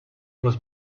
was